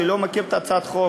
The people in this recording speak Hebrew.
שלא מכיר את הצעת החוק.